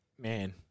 Man